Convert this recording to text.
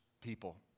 people